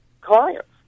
clients